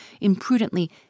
imprudently